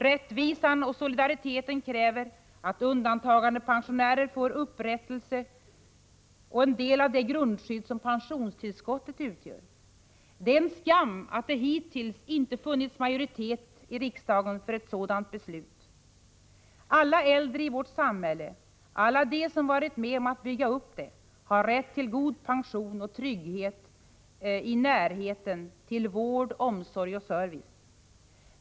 Rättvisan och solidariteten kräver att undantagandepensionärerna får upprättelse och del av det grundskydd som pensionstillskottet utgör. Det är en skam att det hittills inte funnits majoritet i riksdagen för ett sådant beslut. Alla äldre i vårt samhälle, alla de som varit med om att bygga upp det, har rätt till god pension och trygghet i närhet till vård, omsorg och service.